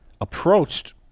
approached